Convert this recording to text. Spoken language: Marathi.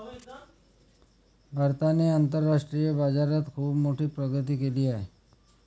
भारताने आंतरराष्ट्रीय बाजारात खुप मोठी प्रगती केली आहे